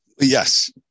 Yes